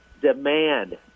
Demand